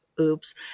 oops